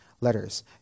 letters